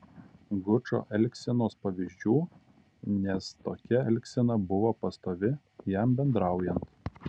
gučo elgsenos pavyzdžių nes tokia elgsena buvo pastovi jam bendraujant